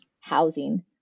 housing